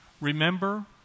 Remember